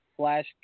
Flash